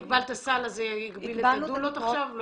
הגבלת את הסל, אז זה יגביל את הדולות עכשיו?